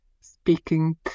speaking